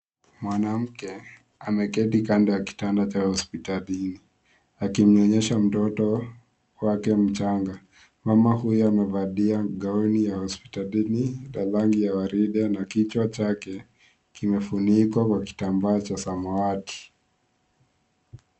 Mwanamke ameketi kando ya kitanda cha hospitalini, akimnyonyesha mtoto wake mchanga. Mama huyo amevalia gauni ya hospitalini ya rangi ya waridi na kichwa chake kimefunikwa kwa kitambaa cha samawati.